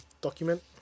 document